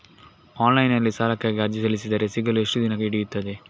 Online ನಲ್ಲಿ ಸಾಲಕ್ಕಾಗಿ ಅರ್ಜಿ ಸಲ್ಲಿಸಿದರೆ ಸಿಗಲು ಎಷ್ಟು ದಿನ ಹಿಡಿಯುತ್ತದೆ?